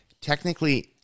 technically